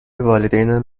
والدینم